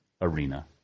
Arena